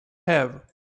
have